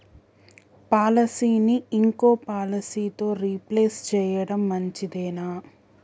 పాలసీని ఇంకో పాలసీతో రీప్లేస్ చేయడం మంచిదేనా?